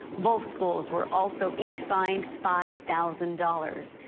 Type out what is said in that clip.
both schools were also each fined five thousand dollars.